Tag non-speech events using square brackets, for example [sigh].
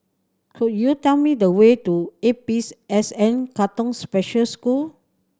could you tell me the way to A P [unintelligible] S N Katong Special School